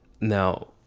Now